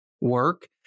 work